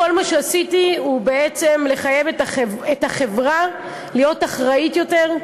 כל מה שעשיתי הוא לחייב את החברה להיות אחראית יותר,